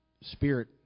spirit